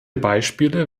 beispiele